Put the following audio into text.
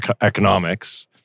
economics